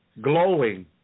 glowing